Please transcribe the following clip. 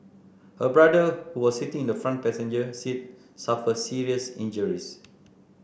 her brother who was sitting in the front passenger seat suffered serious injuries